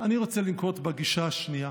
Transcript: אני רוצה לנקוט את הגישה השנייה